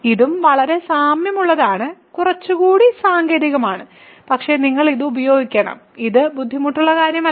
ഇതും വളരെ സാമ്യമുള്ളതാണ് കുറച്ചുകൂടി സാങ്കേതികമാണ് പക്ഷേ നിങ്ങൾ ഇത് ഉപയോഗിക്കണം ഇത് ബുദ്ധിമുട്ടുള്ള കാര്യമല്ല